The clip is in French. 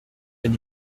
cet